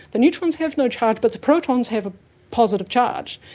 the neutrons have no charge but the protons have a positive charge,